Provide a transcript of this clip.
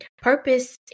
Purpose